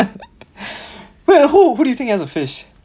where who who do you think has a fish